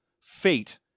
Fate